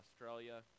Australia